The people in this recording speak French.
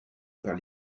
par